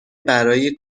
برای